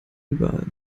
überall